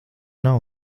nav